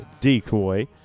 decoy